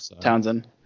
Townsend